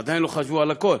עדיין לא חשבו על הכול,